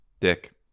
dick